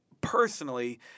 personally